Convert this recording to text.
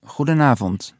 Goedenavond